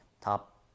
top